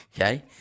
Okay